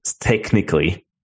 technically